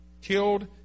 killed